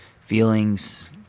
feelings